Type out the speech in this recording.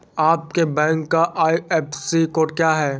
आपके बैंक का IFSC code क्या है?